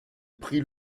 prit